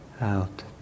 out